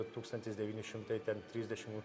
tūkstantis devyni šimtai ten trisdešim